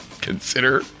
consider